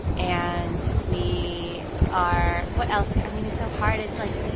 and we are what else? i mean, it's so hard. it's, like.